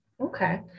Okay